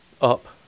up